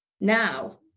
Now